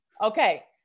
Okay